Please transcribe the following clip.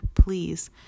please